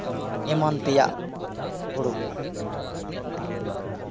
ᱮᱢᱟᱱ ᱛᱮᱭᱟᱜ ᱦᱩᱲᱩ ᱠᱚ